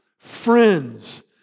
friends